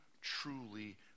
truly